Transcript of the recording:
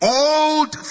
old